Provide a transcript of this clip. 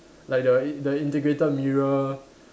like the in~ the integrated mirror